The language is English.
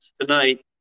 tonight